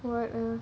what uh